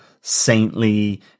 saintly